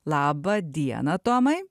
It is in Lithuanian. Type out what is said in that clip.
laba diena tomai